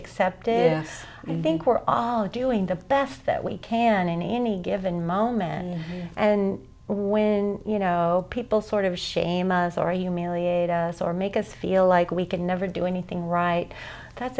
accepted and i think we're all doing the best that we can in any given moment and when you know people sort of shame us or you merely a to us or make us feel like we can never do anything right that's